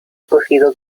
acogido